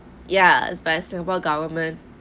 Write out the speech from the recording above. ya it's by singapore government